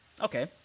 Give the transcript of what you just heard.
Okay